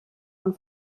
man